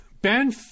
Ben